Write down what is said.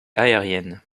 aériennes